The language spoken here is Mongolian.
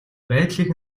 байдлыг